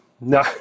no